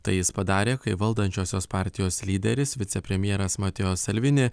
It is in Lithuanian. tai jis padarė kai valdančiosios partijos lyderis vicepremjeras matėjo salvini